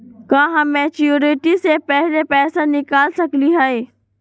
का हम मैच्योरिटी से पहले पैसा निकाल सकली हई?